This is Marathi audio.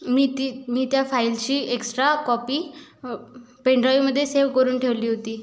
मी ती मी त्या फाईलची एक्स्ट्रा कॉपी पेनड्राईव्हमध्ये सेव्ह करून ठेवली होती